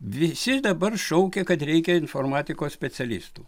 visi dabar šaukia kad reikia informatikos specialistų